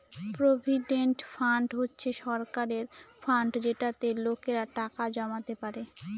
provident fund হচ্ছে সরকারের fund যেটাতে লোকেরা টাকা জমাতে পারে